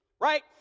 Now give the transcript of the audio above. right